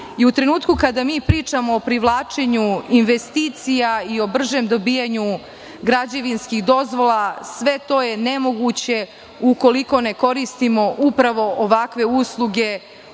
U trenutku kada mi pričamo o privlačenju investicija i o bržem dobijanju građevinskih dozvola, sve to je nemoguće ukoliko ne koristimo upravo ovakve usluge